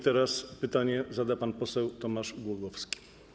Teraz pytanie zada pan poseł Tomasz Głogowski.